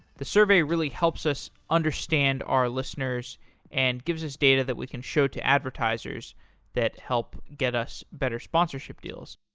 the survey really helps us understand our listeners and gives us data that we can show to advertisers that help get us better sponsorship deals.